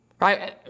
right